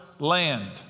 land